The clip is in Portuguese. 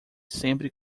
sempre